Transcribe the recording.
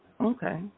Okay